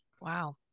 wow